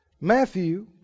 Matthew